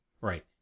Right